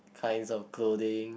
kind of clothing